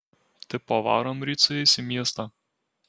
tipo varom ryt su jais į miestą